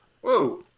whoa